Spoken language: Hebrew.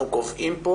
אנחנו קובעים פה